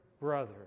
brother